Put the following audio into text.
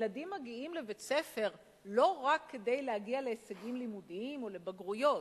ילדים מגיעים לבית-ספר לא רק כדי להגיע להישגים לימודיים או לבגרויות.